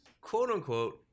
quote-unquote